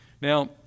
Now